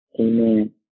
Amen